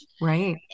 Right